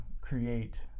create